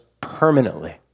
permanently